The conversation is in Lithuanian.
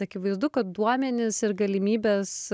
akivaizdu kad duomenis ir galimybes